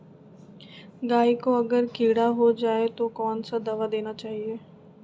गाय को अगर कीड़ा हो जाय तो कौन सा दवा देना चाहिए?